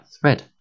thread